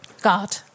God